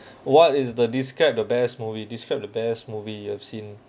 what is the describe the best movie described the best movie you have seen